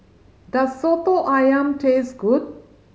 does Soto Ayam taste good